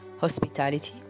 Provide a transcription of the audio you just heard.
Hospitality